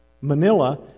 Manila